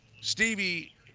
Stevie